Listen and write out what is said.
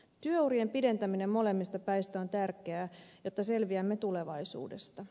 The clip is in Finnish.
työurien pidentäminen molemmista päistä on tärkeää jotta selviämme tulevaisuudesta